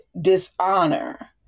dishonor